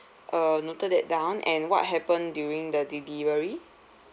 uh noted that down and what happened during the delivery